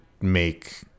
make